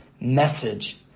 message